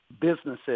businesses